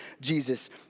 Jesus